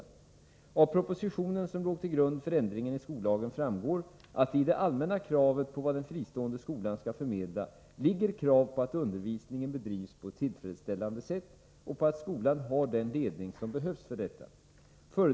Enligt specialmotiveringen skall paragrafen säkerställa att skolplikten inte urholkas och att det i det allmänna kravet på vad en fristående skola skall förmedla ligger krav på att undervisningen bedrivs på ett tillfredsställande sätt och på att skolan har den ledning som behövs för detta.